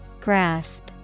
Grasp